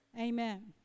Amen